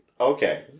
Okay